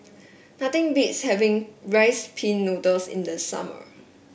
nothing beats having Rice Pin Noodles in the summer